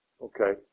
Okay